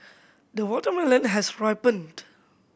the watermelon has ripened